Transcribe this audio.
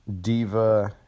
diva